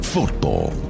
Football